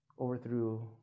overthrew